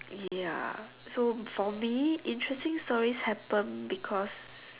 ya so for me interesting stories happen because